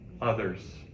others